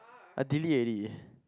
I delete already